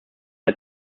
der